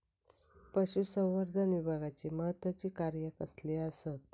पशुसंवर्धन विभागाची महत्त्वाची कार्या कसली आसत?